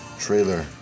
trailer